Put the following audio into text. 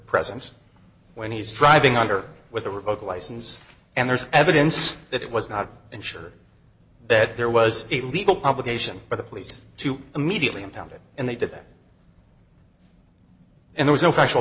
present when he's driving under with a revoked license and there's evidence that it was not insured that there was a legal obligation for the police to immediately impound it and they did that and there's no factual